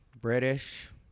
British